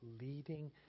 leading